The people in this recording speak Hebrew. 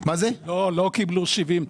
לא, לא קיבלו שבעים אחוזים.